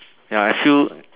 ya I feel